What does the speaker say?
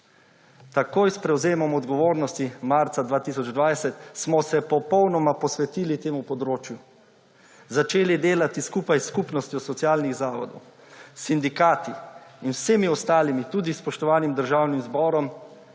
Takoj s prevzemom odgovornosti marca 2020, smo se popolnoma posvetili temu področju, začeli delati skupaj s skupnostjo socialnih zavodov, s sindikati in vsemi ostalimi, tudi s spoštovanim Državnim zborom